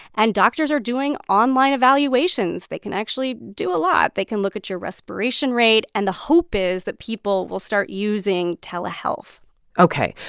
and doctors are doing online evaluations. they can actually do a lot. they can look at your respiration rate. and the hope is that people will start using telehealth ok.